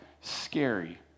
scary